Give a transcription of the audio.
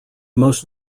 most